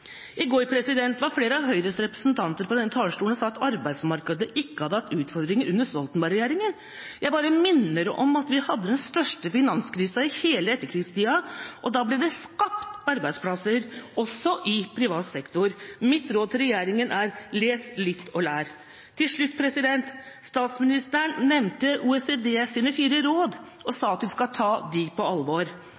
I går var flere av Høyres representanter på denne talerstolen og sa at arbeidsmarkedet ikke hadde hatt utfordringer under Stoltenberg-regjeringa. Jeg bare minner om at vi hadde den største finanskrisa i hele etterkrigstida, og da ble det skapt arbeidsplasser, også i privat sektor. Mitt råd til regjeringa er: Les, lytt og lær. Til slutt: Statsministeren nevnte OECDs fire råd og sa